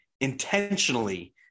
intentionally